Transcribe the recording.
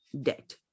debt